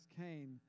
came